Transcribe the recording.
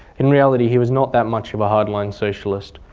in reality he was not that much of a hardline socialist.